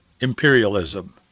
imperialism